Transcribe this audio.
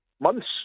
months